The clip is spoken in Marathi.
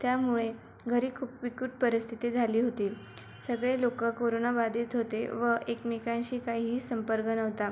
त्यामुळे घरी खूप बिकट परिस्थिती झाली होती सगळे लोकं कोरोनाबाधित होते व एकमेकांशी काहीही संपर्क नव्हता